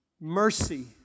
Mercy